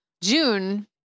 June